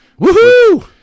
woohoo